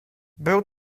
był